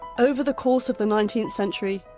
over the course of the nineteenth century,